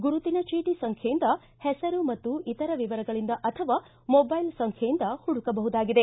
ಗುರುತಿನ ಚೀಟಿ ಸಂಖ್ಯೆಯಿಂದ ಹೆಸರು ಮತ್ತು ಇತರ ವಿವರಗಳಿಂದ ಅಥವಾ ಮೊಬೈಲ್ ಸಂಖ್ಯೆಯಿಂದ ಹುಡುಕಬಹುದಾಗಿದೆ